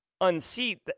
unseat